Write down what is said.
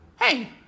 Hey